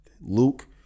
Luke